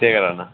केह् करां नां